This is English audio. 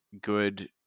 good